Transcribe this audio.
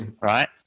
right